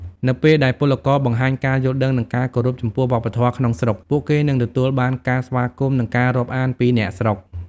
នៅពេលដែលពលករបង្ហាញការយល់ដឹង និងការគោរពចំពោះវប្បធម៌ក្នុងស្រុក ពួកគេនឹងទទួលបានការស្វាគមន៍ និងការរាប់អានពីអ្នកស្រុក។